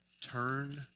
turn